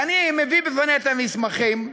ואני מביא בפניה את המסמכים,